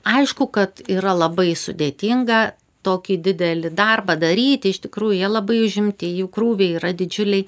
aišku kad yra labai sudėtinga tokį didelį darbą daryti iš tikrųjų jie labai užimti jų krūviai yra didžiuliai